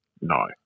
no